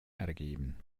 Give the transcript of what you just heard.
ergeben